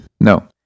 No